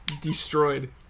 Destroyed